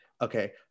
okay